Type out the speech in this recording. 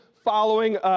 following